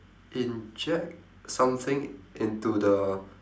inject something into the